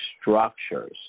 structures